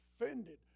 offended